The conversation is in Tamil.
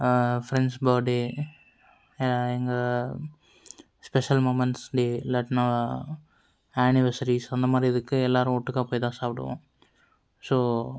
ஃப்ரெண்ட்ஸ் பர் டே எங்கள் ஸ்பெஷல் மூமென்ட்ஸ்லேயே இல்லாட்டினால் ஆனிவர்சரிஸ் அந்த மாதிரி இதுக்கு எல்லாேரும் ஒட்டுக்காக போய் சாப்பிடுவோம் ஸோ